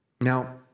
Now